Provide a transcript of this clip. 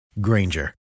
Granger